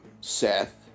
Seth